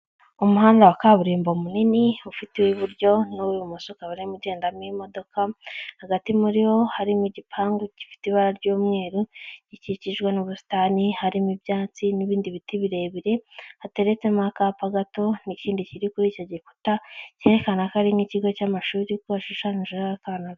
Umuhanda wa kaburimbo munini ufite uw'iburyo n'uw'ibumoso ukaba urimo ugendamo imodoka hagati muriwo harimo igipangu gifite ibara ry'umweru gikikijwe n'ubusitani harimo ibyatsi n'ibindi biti birebire hateretsemo akapa gato n'ikindi kiri kuri icyo gikuta cyerekana ko ari n'ikigo cy'amashuri ko hashushanyijeho akana .